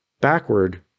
backward